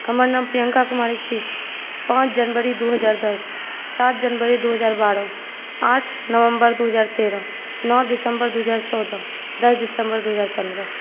हमर नाम प्रियंका कुमारी छी पाँच जनवरी दू हजार दस सात जनवरी दू हजार बारह आठ नवम्बर दू हजार तेरह नौ दिसम्बर दू हजार चौदह दस दिसम्बर दू हजार पन्द्रह